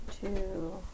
two